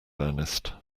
ernest